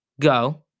go